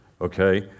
Okay